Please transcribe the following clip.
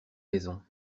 maisons